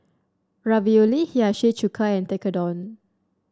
Ravioli Hiyashi Chuka and Tekkadon